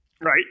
right